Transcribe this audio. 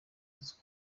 azwi